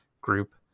group